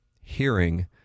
hearing